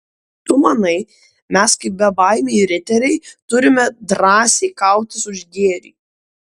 tu manai mes kaip bebaimiai riteriai turime drąsiai kautis už gėrį